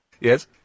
Yes